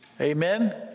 Amen